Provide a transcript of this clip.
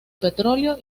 petróleo